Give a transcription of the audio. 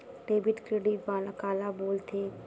Debit credit काला बोल थे?